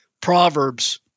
Proverbs